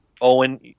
Owen